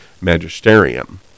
magisterium